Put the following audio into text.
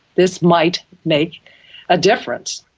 this might make a difference.